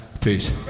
Peace